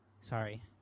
sorry